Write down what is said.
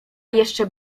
jeszcze